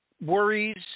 worries